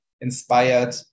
inspired